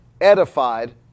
edified